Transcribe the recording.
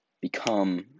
become